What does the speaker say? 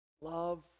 Love